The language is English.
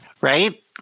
Right